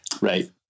right